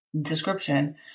description